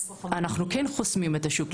אנחנו כן חוסמים את השוק.